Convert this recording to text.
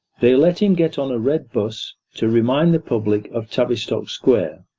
they let him get on a red bus, to remind the public of tavistock square,